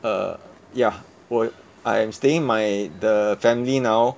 err ya 我 I am staying with my the family now